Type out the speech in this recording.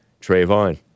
Trayvon